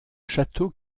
château